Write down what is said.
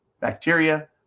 bacteria